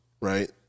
right